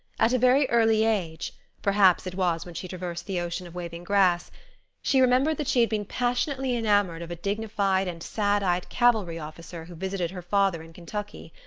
at a very early age perhaps it was when she traversed the ocean of waving grass she remembered that she had been passionately enamored of a dignified and sad-eyed cavalry officer who visited her father in kentucky.